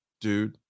dude